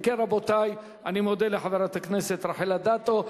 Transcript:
אם כן, רבותי, אני מודה לחברת הכנסת רחל אדטו.